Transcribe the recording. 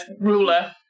ruler